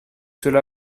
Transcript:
cela